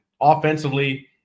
offensively